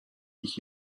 ich